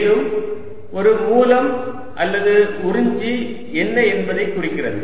மேலும் ஒரு மூலம் அல்லது உறிஞ்சு என்ன என்பதை குறிக்கிறது